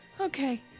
Okay